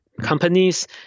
companies